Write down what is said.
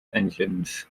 engines